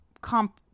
comp